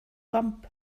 thumb